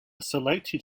selected